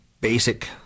basic